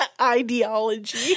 Ideology